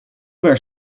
ver